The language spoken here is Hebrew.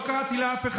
קראת לו "יבגני"